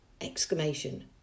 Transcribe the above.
exclamation